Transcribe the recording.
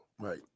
Right